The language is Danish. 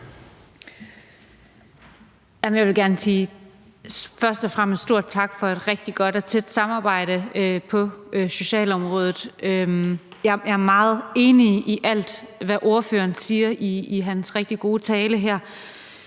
Jeg vil gerne først og fremmest sige et stort tak for et rigtig godt og tæt samarbejde på socialområdet. Jeg er meget enig i alt, hvad ordføreren siger i sin rigtig gode tale her.